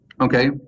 Okay